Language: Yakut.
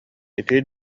ити